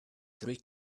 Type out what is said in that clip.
three